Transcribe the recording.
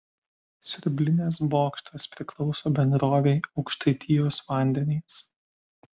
siurblinės bokštas priklauso bendrovei aukštaitijos vandenys